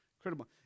Incredible